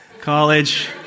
College